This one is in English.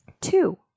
two